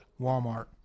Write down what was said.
Walmart